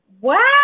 Wow